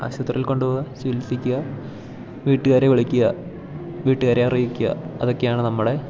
ആശൂപത്രിയിൽ കൊണ്ടുപോവുക ചികിത്സിക്കുക വീട്ടുകാരെ വിളിക്കുക വീട്ടുകാരെ അറിയിക്കുക അതൊക്കെയാണു നമ്മുടെ